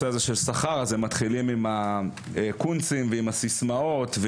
השכר הם מתחילים עם הקונצים ועם הסיסמאות,